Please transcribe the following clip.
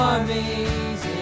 Armies